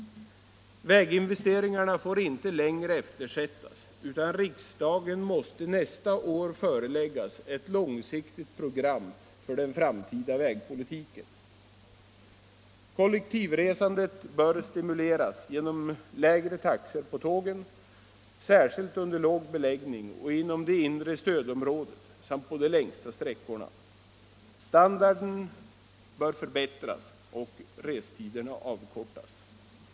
Väginvesteringarna får inte längre eftersättas, utan riksdagen måste nästa år föreläggas ett långsiktigt program för den framtida vägpolitiken. Kollektivresandet bör stimuleras genom lägre taxor på tågen, särskilt under låg beläggning och inom det inre stödområdet samt på de längsta sträckorna. Standarden bör förbättras och restiderna avkortas.